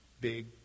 big